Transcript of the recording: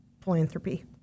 philanthropy